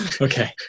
Okay